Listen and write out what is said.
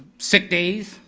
sick days,